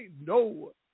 No